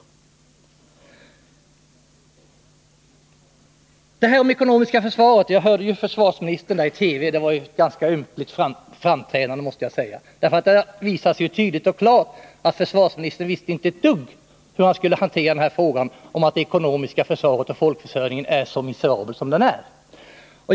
När det gäller det ekonomiska försvaret hörde jag försvarsministern i TV. Det var ett ganska ynkligt framträdande, måste jag säga. Där visades tydligt och klart att försvarsministern inte visste ett dugg om hur han skulle hantera den här frågan — att det ekonomiska försvaret och folkförsörjningen är i så miserabelt skick.